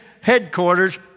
headquarters